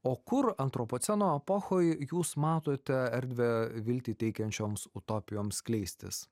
o kur antropoceno epochoj jūs matote erdvę viltį teikiančioms utopijoms skleistis